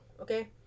okay